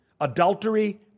Adultery